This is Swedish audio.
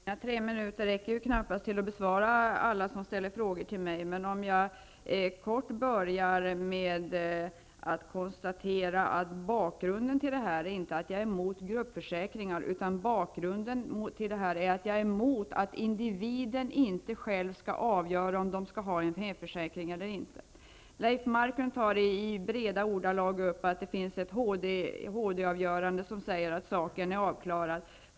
Herr talman! De tre minuter jag har till mitt förfogande räcker knappast för att besvara alla de frågor som ställts till mig. Jag vill till en början kort konstatera att bakrunden till min fråga inte är att jag är emot gruppförsäkringar. Jag är emot att individen inte själv skall avgöra om man vill ha en hemförsäkring eller inte. Leif Marklund tar i breda ordalag upp att det finns ett HD-avgörande som avgör frågan.